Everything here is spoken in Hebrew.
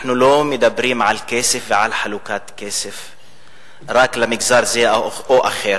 אנחנו לא מדברים על כסף ועל חלוקת כסף רק למגזר זה או אחר,